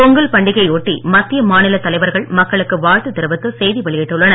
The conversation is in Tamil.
பொங்கல் பண்டிகையை ஒட்டி மத்திய மாநிலத் தலைவர்கள் மக்களுக்கு வாழ்த்து தெரிவித்து செய்தி வெளியிட்டுள்ளனர்